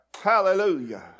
Hallelujah